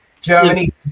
Germany